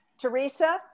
Teresa